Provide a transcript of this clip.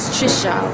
Trisha